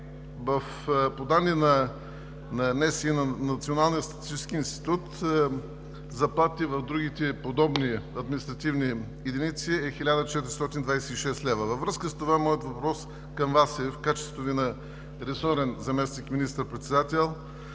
лв. По данни на Националния статистически институт, заплатите в другите подобни административни единици е 1426 лв. Във връзка с това моят въпрос към Вас, в качеството Ви на ресорен заместник министър-председател,